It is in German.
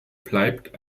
bleibt